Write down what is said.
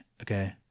Okay